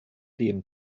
dem